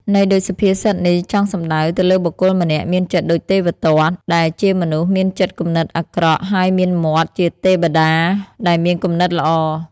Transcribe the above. ន័យដូចសុភាសិតនេះចង់សំដៅទៅលើបុគ្គលម្នាក់ មានចិត្តដូចទេវទត្ត ដែលជាមនុស្សមានចិត្តគំនិតអាក្រក់ ហើយមានមាត់ជាទេព្តាដែលមានគំនិតល្អ។